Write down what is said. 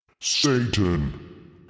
Satan